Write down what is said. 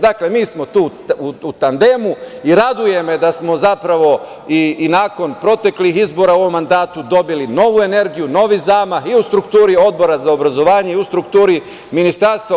Dakle, mi smo tu u tandemu i raduje me da smo zapravo i nakon proteklih izbora u ovom mandatu dobili novu energiju, novi zamah i u strukturi Odbora za obrazovanje i u strukturi Ministarstva.